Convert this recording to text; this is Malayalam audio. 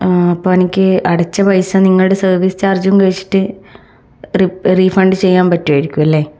ആ അപ്പോൾ എനിക്ക് അടച്ച പൈസ നിങ്ങളുടെ സർവ്വീസ് ചാർജ്ജും കഴിച്ചിട്ട് റി റീഫണ്ട് ചെയ്യാൻ പറ്റുമായിരിക്കുമല്ലേ